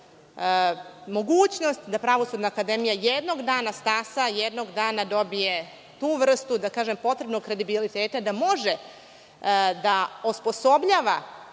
mogućnost da Pravosudna akademija jednog dana stasa, jednog dana dobije tu vrstu, da kažem, potrebnog kredibiliteta da može da osposobljava